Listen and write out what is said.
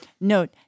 Note